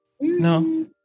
no